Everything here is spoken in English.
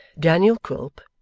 daniel quilp,